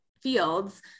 fields